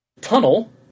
tunnel